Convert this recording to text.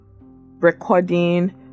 recording